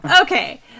Okay